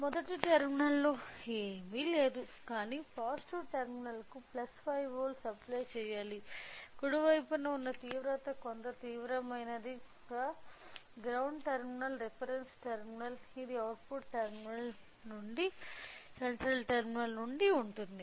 మొదటి టెర్మినల్ లో ఏమి లేదు కానీ పాజిటివ్ టెర్మినల్ కు 5 వోల్ట్లు అప్లై చెయ్యాలి కుడి వైపున ఉన్న తీవ్రత కొంత తీవ్రమైనది గ్రౌండ్ టెర్మినల్ రిఫరెన్స్ టెర్మినల్ ఇది అవుట్పుట్ సెంట్రల్ టెర్మినల్ నుండి ఉంటుంది